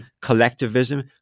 collectivism